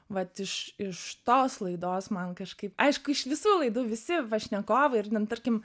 vat iš iš tos laidos man kažkaip aišku iš visų laidų visi pašnekovai ir ten tarkim